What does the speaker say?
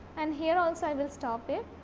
and here also i will stop it.